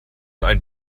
ein